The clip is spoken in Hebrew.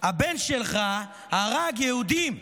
הבן שלך הרג יהודים,